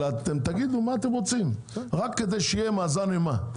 תגידו מה אתם רוצים רק כדי שיהיה מאזן אימה.